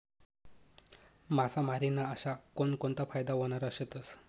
मासामारी ना अशा कोनकोनता फायदा व्हनारा शेतस?